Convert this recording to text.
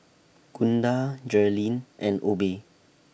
Gunda Jerilynn and Obe